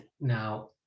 Now